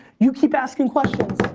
you keep asking questions,